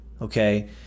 okay